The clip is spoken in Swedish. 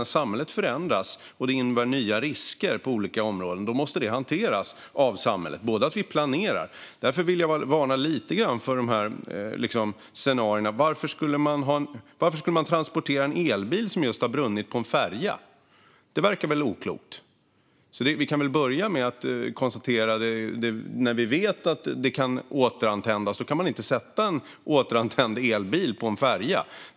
När samhället förändras och det innebär nya risker på olika områden måste det hanteras av samhället, inklusive att vi planerar. Därför vill jag varna lite grann för de här scenarierna - varför skulle man transportera en elbil som just har brunnit på en färja? Det verkar väl oklokt. Eftersom vi vet att en sådan bil kan återantändas kan vi väl börja med att konstatera att man inte kan sätta den på en färja.